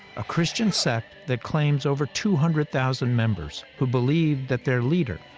a christian sect that claims over two hundred thousand members who believe that their leader,